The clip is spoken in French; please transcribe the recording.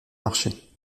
marcher